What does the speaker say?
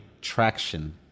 traction